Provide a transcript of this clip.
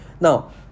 Now